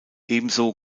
ebenso